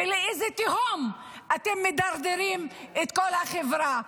ולאיזה תהום אתם מדרדרים את כל החברה.